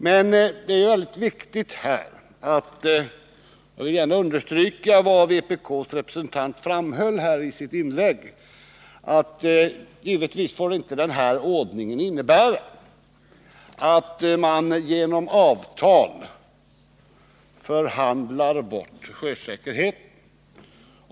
Men det är ju väldigt viktigt — och jag vill här gärna understryka vad vpk:s representant framhöll i sitt inlägg — att den här ordningen givetvis inte får innebära att man genom avtal förhandlar bort sjösäkerheten.